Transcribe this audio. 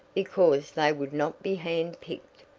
because they would not be hand-picked.